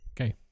Okay